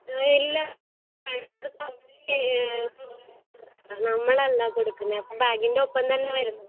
ഇല്ല നമ്മൾ അല്ല കൊടുക്കുന്നത് ബാഗിൻ്റെ ഒപ്പം തന്നെ വരുന്ന